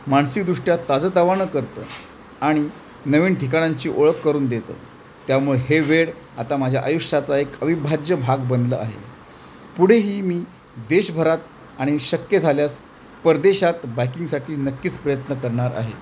मानसिकदृष्ट्या ताजंतवाणं करतं आणि नवीन ठिकाणंची ओळख करून देतं त्यामुळे हे वेळ आता माझ्या आयुष्याचा एक अविभाज्य भाग बनला आहे पुढेही मी देशभरात आणि शक्य झाल्यास परदेशात बाईकिंगसाठी नक्कीच प्रयत्न करणार आहे